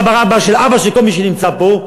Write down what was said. או סבא-רבא של אבא של כל מי שנמצא פה,